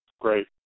Great